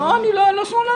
לא, אני לא שמאלן.